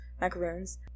Macaroons